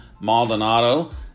Maldonado